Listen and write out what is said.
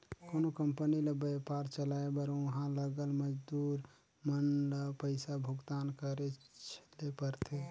कोनो कंपनी ल बयपार चलाए बर उहां लगल मजदूर मन ल पइसा भुगतान करेच ले परथे